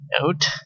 note